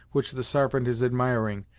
which the sarpent is admiring,